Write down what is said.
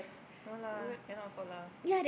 no lah cannot afford lah